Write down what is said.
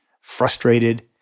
frustrated